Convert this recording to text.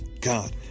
God